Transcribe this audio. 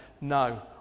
No